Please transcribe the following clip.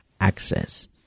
access